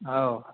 औ